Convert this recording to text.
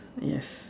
yes